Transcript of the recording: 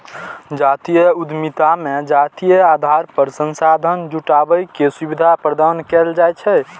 जातीय उद्यमिता मे जातीय आधार पर संसाधन जुटाबै के सुविधा प्रदान कैल जाइ छै